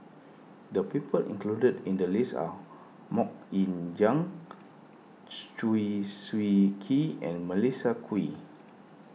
the people included in the list are Mok Ying Jang Chew Swee Kee and Melissa Kwee